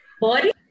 Body